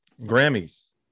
Grammys